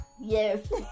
yes